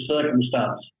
circumstance